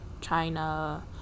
china